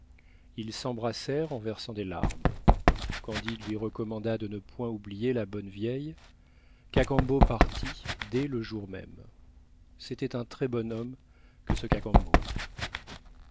ils s'embrassèrent en versant des larmes candide lui recommanda de ne point oublier la bonne vieille cacambo partit dès le jour même c'était un très bon homme que ce